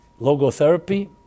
logotherapy